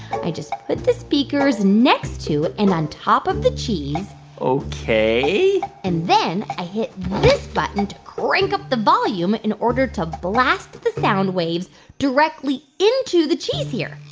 i just put the speakers next to and on top of the cheese ok and then i hit this button to crank up the volume, in order to blast the sound waves directly into the cheese here.